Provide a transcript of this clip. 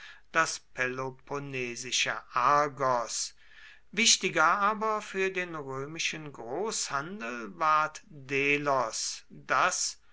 das peloponnesische argos wichtiger aber für den römischen großhandel ward delos das